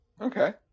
Okay